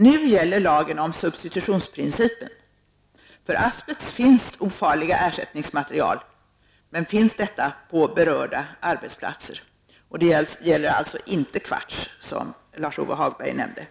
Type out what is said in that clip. Nu gäller lagen om substitutionsprincipen. För asbest finns ofarligare ersättningsmaterial -- men finns detta på berörda arbetsplatser? Det gäller alltså inte kvarts, som Lars-Ove Hagberg nämnde.